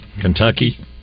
Kentucky